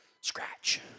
scratch